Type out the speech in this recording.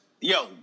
Yo